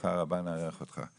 בשמחה רבה נארח אותך.